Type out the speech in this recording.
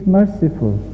merciful